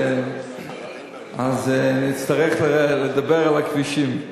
נצטרך לדבר על הכבישים.